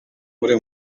uri